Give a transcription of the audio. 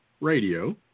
Radio